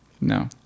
No